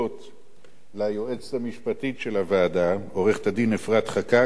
ליועצת המשפטית של הוועדה עורכת-הדין אפרת חקאק,